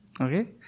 Okay